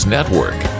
Network